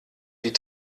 die